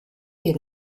die